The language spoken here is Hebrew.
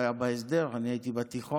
הוא היה בהסדר, אני הייתי בתיכון.